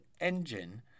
engine